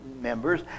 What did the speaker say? members